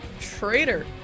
traitor